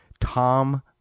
Tom